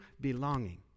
Belonging